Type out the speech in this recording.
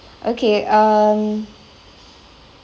okay um